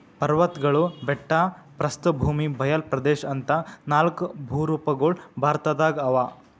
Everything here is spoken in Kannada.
ಪರ್ವತ್ಗಳು ಬೆಟ್ಟ ಪ್ರಸ್ಥಭೂಮಿ ಬಯಲ್ ಪ್ರದೇಶ್ ಅಂತಾ ನಾಲ್ಕ್ ಭೂರೂಪಗೊಳ್ ಭಾರತದಾಗ್ ಅವಾ